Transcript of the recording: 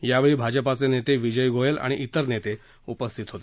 यावेळी भाजपा नेते विजय गोयल आणि ठिर नेते उपस्थित होते